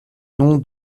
nom